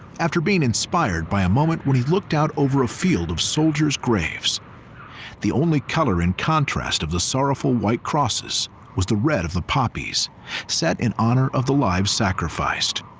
after being inspired by a moment when he looked out over a field of soldiers' graves the only color in contrast of the sorrowful white crosses was the red of the poppies set in honor of the lives sacrificed.